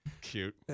Cute